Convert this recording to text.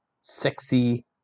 sexy